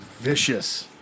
vicious